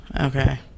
Okay